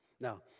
Now